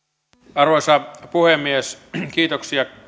arvoisa puhemies kiitoksia